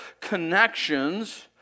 connections